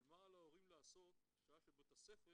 אבל מה על ההורים לעשות שעה שבית הספר